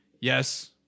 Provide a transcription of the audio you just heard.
yes